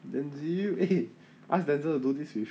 then do you eh ask denzel to do this with